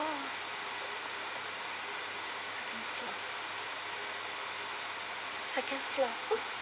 second floor